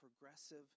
progressive